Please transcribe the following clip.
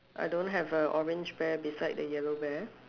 I don't have a orange bear beside the yellow bear